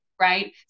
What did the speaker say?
right